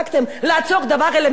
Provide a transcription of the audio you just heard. סחר בבעלי-חיים,